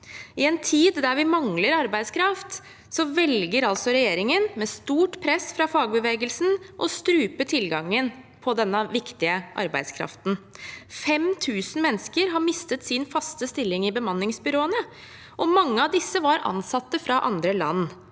I en tid der vi mangler arbeidskraft, velger altså regjeringen, med stort press fra fagbevegelsen, å strupe tilgangen på denne viktige arbeidskraften. 5 000 mennesker har mistet sin faste stilling i bemanningsbyrå, og mange av disse var ansatte fra andre land.